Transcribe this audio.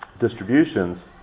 distributions